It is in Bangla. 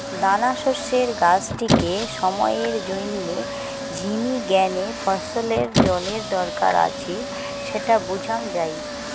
দানাশস্যের গাছটিকে সময়ের জইন্যে ঝিমি গ্যানে ফছলের জলের দরকার আছি স্যাটা বুঝাং যাই